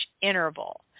interval